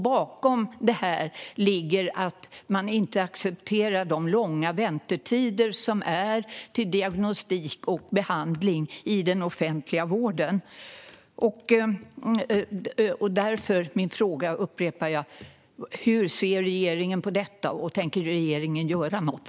Bakom detta ligger att man inte accepterar de långa väntetiderna till diagnostik och behandling i den offentliga vården. Hur ser regeringen på detta, och tänker regeringen göra något?